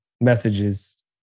messages